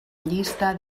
llista